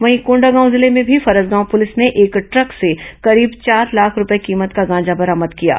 वहीं कोंडागांव जिले में भी फरसगांव पुलिस ने एक ट्रक से करीब चार लाख रूपये कीमत का गांजा बरामद किया है